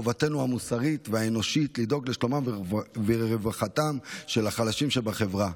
חובתנו המוסרית והאנושית לדאוג לשלומם ולרווחתם של החלשים שבחברה.